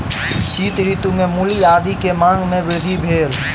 शीत ऋतू में मूली आदी के मांग में वृद्धि भेल